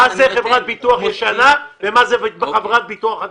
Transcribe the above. מה זה חברת ביטוח ישנה ומה זה חברת ביטוח חדשה?